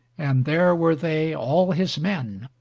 and there were they all his men.